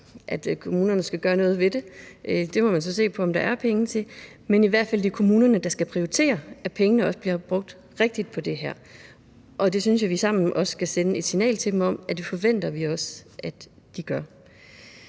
at kommunerne skal gøre noget ved det. Man må så se på, om der er penge til det. Men det er i hvert fald kommunerne, der skal prioritere, at pengene også bliver brugt rigtigt på det her. Jeg synes, at vi sammen også skal sende et signal til dem om, at det forventer vi også at de gør.